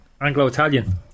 Anglo-Italian